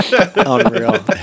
Unreal